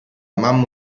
mamma